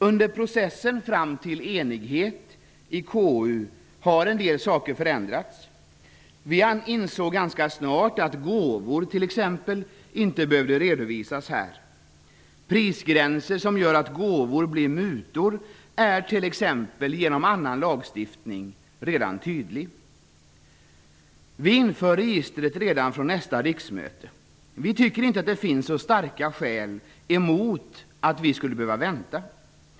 Under processen fram till enighet i KU har en del saker förändrats. Vi insåg ganska snart att gåvor t.ex. inte behöver redovisas. T.ex. prisgränser, som gör att gåvor blir mutor, är genom annan lagstiftning redan tydliga. Vi inför registret redan från nästa riksmöte. Vi tycker inte att det finns så starka skäl däremot, så att vi skulle behöva vänta.